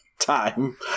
time